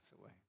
away